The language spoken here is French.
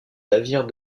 navire